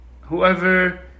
whoever